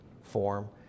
form